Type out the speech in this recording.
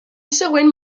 següent